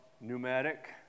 pneumatic